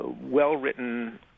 well-written